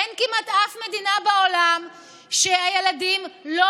אין כמעט אף מדינה בעולם שהילדים בה לא